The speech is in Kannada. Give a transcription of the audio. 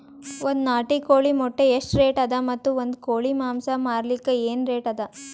ಒಂದ್ ನಾಟಿ ಕೋಳಿ ಮೊಟ್ಟೆ ಎಷ್ಟ ರೇಟ್ ಅದ ಮತ್ತು ಒಂದ್ ಕೋಳಿ ಮಾಂಸ ಮಾರಲಿಕ ಏನ ರೇಟ್ ಅದ?